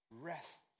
rests